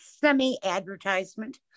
semi-advertisement